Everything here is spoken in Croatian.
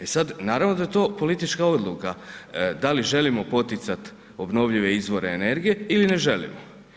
E sad, naravno da je to politička odluka da li želimo poticati obnovljive izvore energije ili ne želimo.